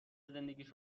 زندگیش